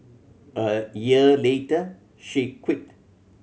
a year later she quit